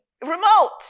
remote